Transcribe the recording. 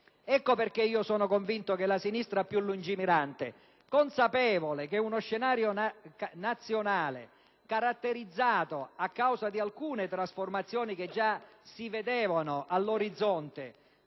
Ecco perché sono convinto che la sinistra più lungimirante, consapevole di uno scenario nazionale caratterizzato, a causa di alcune trasformazioni che già si vedevano all'orizzonte,